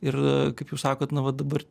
ir kaip jūs sakot na va dabar